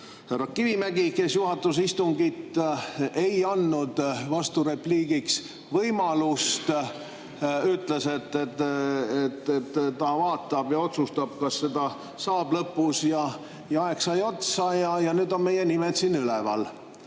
Kivimägi, kes juhatas istungit, ei andnud vasturepliigiks võimalust, ta ütles, et ta vaatab ja otsustab, kas selle saab lõpus. Aeg sai otsa ja nüüd on meie nimed siin üleval.